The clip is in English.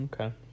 Okay